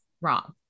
wrong